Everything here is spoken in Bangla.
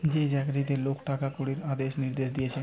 যে চাকরিতে লোক টাকা কড়ির আদেশ নির্দেশ দিতেছে